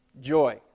Joy